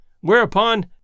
Whereupon